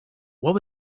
what